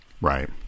Right